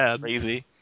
crazy